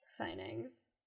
signings